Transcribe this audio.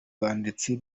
banditsi